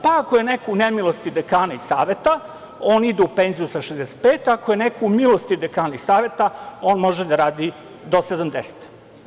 Pa, ako je neko u nemilosti dekana i saveta, on ide u penziju sa 65, a ako je neko u milosti dekana i saveta, on može da radi do 70. godine.